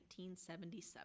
1977